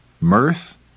mirth